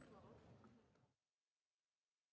Merci,